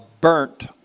burnt